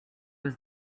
was